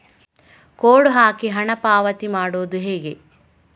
Code ಹಾಕಿ ಹಣ ಪಾವತಿ ಮಾಡೋದು ಹೇಗೆ?